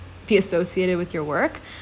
be associated with your work